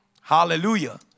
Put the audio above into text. Hallelujah